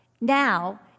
now